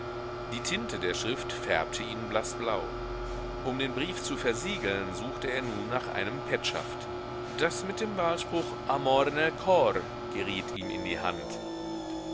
die tinte der schrift färbte ihn blaßblau um den brief zu versiegeln suchte er nun nach einem petschaft das mit dem wahlspruch amor nel cor geriet ihm in die hand